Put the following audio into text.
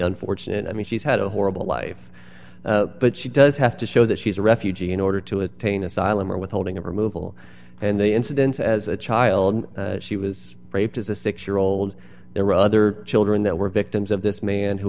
unfortunate i mean she's had a horrible life but she does have to show that she's a refugee in order to attain asylum or withholding of removal and the incidence as a child she was raped as a six year old there were other children that were victims of this man who